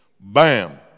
Bam